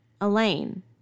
Elaine